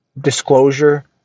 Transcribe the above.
disclosure